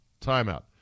timeout